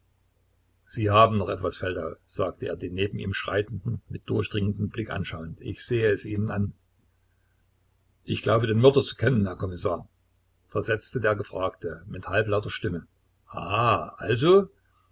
sie haben noch etwas feldau sagte er den neben ihm schreitenden mit durchdringendem blick anschauend ich sehe es ihnen an ich glaube den mörder zu kennen herr kommissar versetzte der gefragte mit halblauter stimme ah also